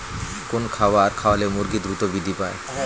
কোন খাবার খাওয়ালে মুরগি দ্রুত বৃদ্ধি পায়?